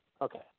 okay